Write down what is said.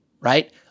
right